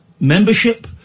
membership